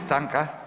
Stanka?